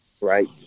Right